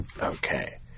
Okay